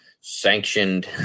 sanctioned